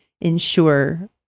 ensure